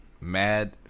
Mad